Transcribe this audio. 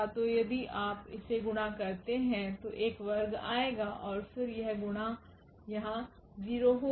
तो यदि आप इसे गुणा करते हैं तो एक वर्ग आएगा और फिर यह गुणा यहां 0 होगा